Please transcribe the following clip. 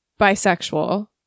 bisexual